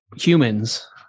humans